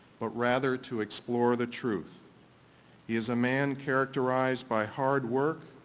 but rather to explore the truth is a man characterized by hard work,